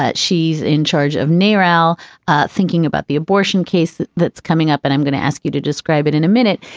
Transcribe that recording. she's in charge of naral thinking about the abortion case. that's coming up. and i'm going to ask you to describe it in a minute.